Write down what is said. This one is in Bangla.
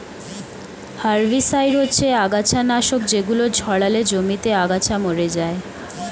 হারভিসাইড হচ্ছে আগাছানাশক যেগুলো ছড়ালে জমিতে আগাছা মরে যায়